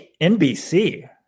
NBC